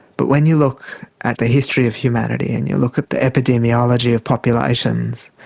but when you look at the history of humanity and you look at the epidemiology of populations,